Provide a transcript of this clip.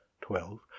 twelve